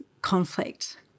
conflict